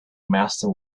master